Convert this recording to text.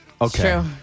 Okay